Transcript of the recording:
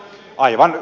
aivan